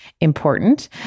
important